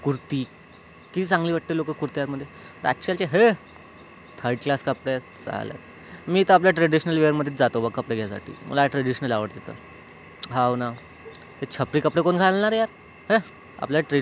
कुर्ती किती चांगली वाटते लोक कुर्त्यांमध्ये आजकालचे हे थर्ड क्लास कपडेत साले मी तर आपल्या ट्रॅडिशनल वेअरमधेच जातो बा कपडे घ्यायसाठी मला ट्रॅडिशनल आवडते तर हाव न ते छपरी कपडे कोण घालणार आहे यार हो ना यार आपल्याला ट्रॅ